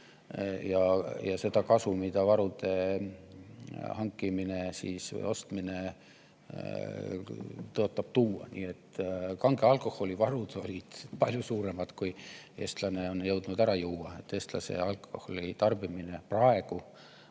ja seda kasu, mida varude hankimine tõotab endaga kaasa tuua. Kange alkoholi varud olid palju suuremad, kui eestlane on jõudnud ära juua. Eestlase alkoholitarbimine praegu